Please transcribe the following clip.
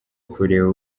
kureba